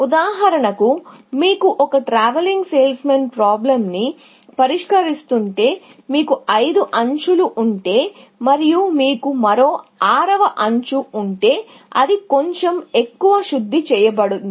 ఉదాహరణకు మీరు ఒక TSP ని పరిష్కరిస్తుంటే మీకు ఐదు ఎడ్జ్ లు ఉంటే మరియు మీకు మరో ఆరవ ఎడ్జ్ ఉంటే అది కొంచెం ఎక్కువ శుద్ధి చేయబడింది